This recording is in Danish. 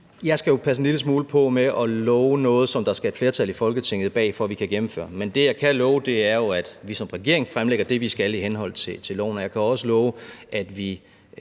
jo skal passe en lille smule på med at love noget, som der skal et flertal i Folketinget bag for at vi kan gennemføre. Men det, jeg kan love, er jo, at vi som regering fremlægger det, vi skal i henhold til loven. Og jeg kan også love, at vi